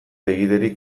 egiterik